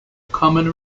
common